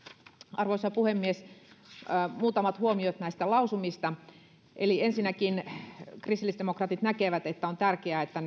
arvoisa puhemies muutamat huomiot näistä lausumista ensinnäkin kristillisdemokraatit näkevät että on tärkeää että